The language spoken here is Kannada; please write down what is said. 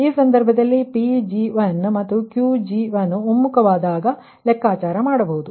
ಆ ಸಂದರ್ಭದಲ್ಲಿ ಈ Pg1 ಮತ್ತು Qg1 ಒಮ್ಮುಖವಾದಾಗ ಲೆಕ್ಕಾಚಾರ ಮಾಡಬಹುದು